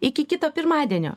iki kito pirmadienio